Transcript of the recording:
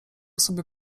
sobie